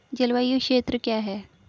जलवायु क्षेत्र क्या है?